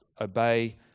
obey